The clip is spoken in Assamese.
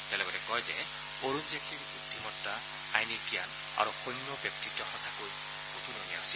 তেওঁ লগতে কয় যে অৰুণ জেটলীৰ বুদ্ধিমত্তা আইনী জান আৰু সৌম্য ব্যক্তিত্ব সঁচাকৈ অতুলনীয় আছিল